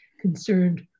concerned